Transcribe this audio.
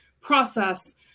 process